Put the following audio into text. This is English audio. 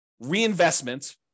reinvestment